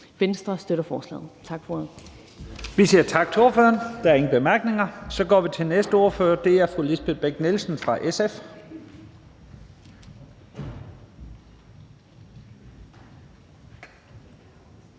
Første næstformand (Leif Lahn Jensen): Vi siger tak til ordføreren. Der er ingen korte bemærkninger. Så går vi til næste ordfører. Det er fru Lisbeth Bech-Nielsen fra SF.